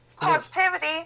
Positivity